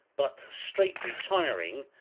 but, straight retiring,